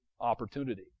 opportunity